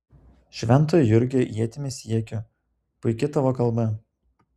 švento jurgio ietimi siekiu puiki tavo kalba